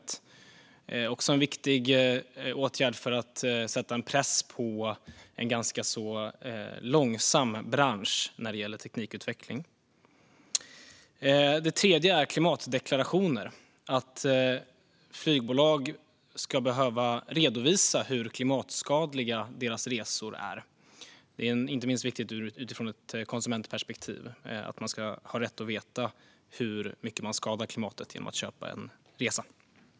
Det är också en viktig åtgärd för att sätta press på en ganska långsam bransch när det gäller teknikutveckling. Det tredje som jag vill lyfta fram är klimatdeklarationer, vilket innebär att flygbolag ska behöva redovisa hur klimatskadliga deras resor är. Det är inte minst viktigt utifrån ett konsumentperspektiv - man ska ha rätt att veta hur mycket man skadar klimatet genom att köpa en resa.